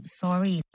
sorry